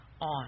on